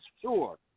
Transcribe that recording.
sure